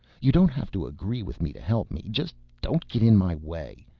you don't have to agree with me to help me, just don't get in my way.